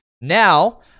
Now